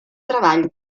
treball